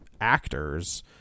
actors